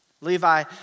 Levi